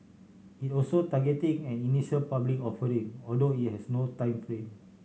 it also targeting an initial public offering although it has no time frame